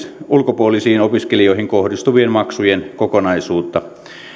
ulkopuolisiin opiskelijoihin kohdistuvien maksujen kokonaisuutta